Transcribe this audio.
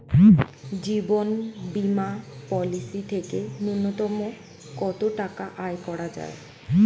জীবন বীমা পলিসি থেকে ন্যূনতম কত টাকা আয় করা যায়?